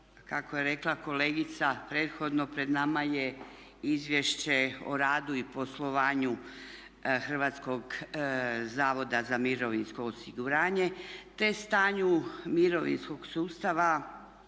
kako je rekla kolegica prethodno, pred nama je Izvješće o radu i poslovanju Hrvatskog zavoda za mirovinsko osiguranje te stanju mirovinskog sustava